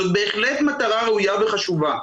זאת בהחלט מטרה ראויה וחשובה,